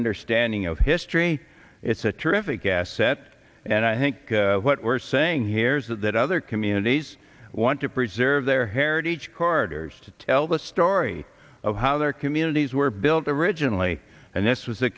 understanding of history it's a terrific asset and i think what we're saying here is that other communities want to preserve their heritage carders to tell the story of how their communities were built originally and this was the